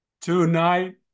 tonight